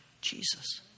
Jesus